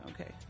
okay